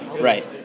Right